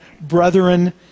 brethren